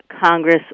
Congress